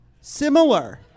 similar